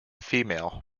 female